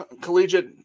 collegiate